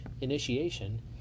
initiation